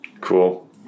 cool